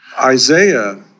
Isaiah